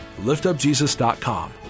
liftupjesus.com